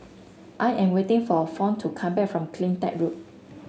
I am waiting for Fawn to come back from CleanTech Loop